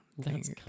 Thanks